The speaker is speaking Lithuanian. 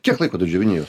kiek laiko tu džiovini juos